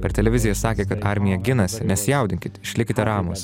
per televiziją sakė kad armija ginasi nesijaudinkit išlikite ramūs